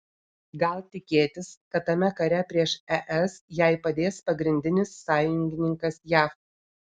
gal tikėtis kad tame kare prieš es jai padės pagrindinis sąjungininkas jav